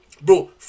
bro